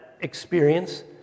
experience